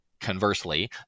Conversely